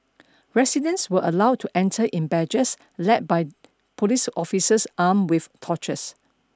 residents were allowed to enter in badges led by police officers armed with torches